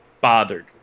bothered